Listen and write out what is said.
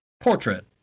portrait